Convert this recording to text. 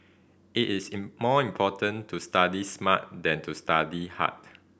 it is in more important to study smart than to study hard